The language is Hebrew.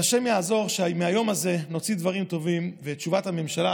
השם יעזור ומהיום הזה נוציא דברים טובים ותשובת הממשלה,